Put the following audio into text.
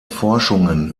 forschungen